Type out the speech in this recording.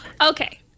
Okay